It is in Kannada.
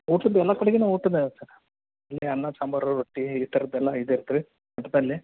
ಊಟದ್ದು ಎಲ್ಲ ಕಡೆಗೇನು ಊಟದ ವ್ಯವಸ್ಥೆ ಇದೆ ಅನ್ನ ಸಾಂಬಾರು ರೊಟ್ಟಿ ಈ ಥರದ್ದು ಎಲ್ಲ ಇದ್ದೆಯಿರತ್ತೆ ರೀ ಮಠದಲ್ಲಿ